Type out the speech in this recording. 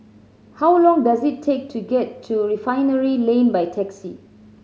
how long does it take to get to Refinery Lane by taxi